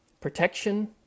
protection